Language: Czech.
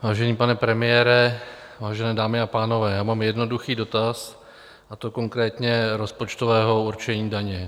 Vážený pane premiére, vážené dámy a pánové, já mám jednoduchý dotaz, a to konkrétně rozpočtového určení daní.